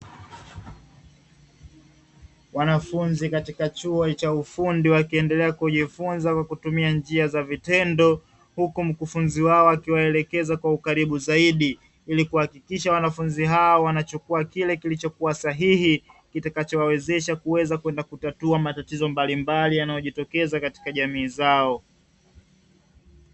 Wanafunzi katika chuo cha ufundi wakijifunza huku mwalimu wao akiwaelekeza vizuri ili kuwasaidia kwenda kutatua matatizo watakayokutana nayo kwenye shughuli zao